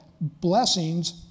Blessings